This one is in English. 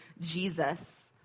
Jesus